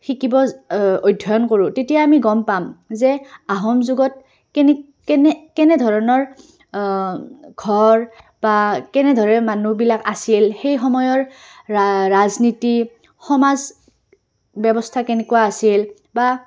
শিকিব অধ্যয়ন কৰোঁ তেতিয়া আমি গম পাম যে আহোম যুগত কেনেধৰণৰ ঘৰ বা কেনেদৰে মানুহবিলাক আছিল সেই সময়ৰ ৰাজনীতি সমাজ ব্যৱস্থা কেনেকুৱা আছিল বা